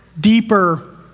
deeper